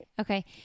Okay